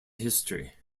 history